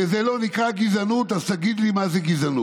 וזה לא נקרא גזענות, אז תגיד לי מה זה גזענות.